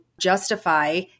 justify